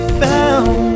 found